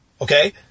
Okay